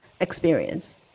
experience